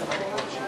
ואנחנו עוברים,